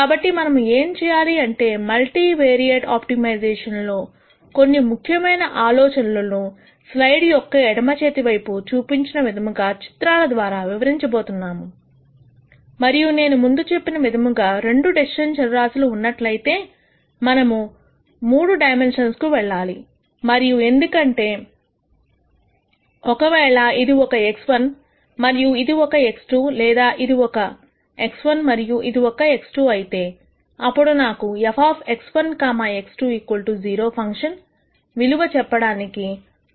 కాబట్టి మనము ఏం చేయాలి అంటే మల్టీవేరియేట్ ఆప్టిమైజేషన్ లో కొన్ని ముఖ్యమైన ఆలోచనలను స్లైడ్ యొక్క ఎడమ చేతి వైపు చూపించిన విధముగా చిత్రాల ద్వారా వివరించబోతున్నాము మరియు నేను ముందు చెప్పిన విధముగా రెండు డెసిషన్ చరరాశులు ఉన్నట్లయితే మనము 3 డైమెన్షన్స్ కు వెళ్లాలి మరియు ఎందుకంటే ఒకవేళ ఇది ఒక x1 మరియు ఇది ఒక x2 లేదా ఇది ఒక x1 మరియు ఇది ఒక x2 అయితే అప్పుడు నాకు fx1 x2 0 ఫంక్షన్ విలువ చెప్పడానికి మూడవ డైమెన్షన్ కావాలి